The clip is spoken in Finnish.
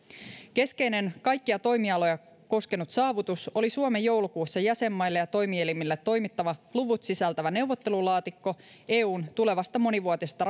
keskeinen kaikkia toimialoja koskenut saavutus oli suomen joulukuussa jäsenmaille ja toimielimille toimittama luvut sisältävä neuvottelulaatikko eun tulevasta monivuotisesta